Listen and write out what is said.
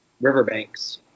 riverbanks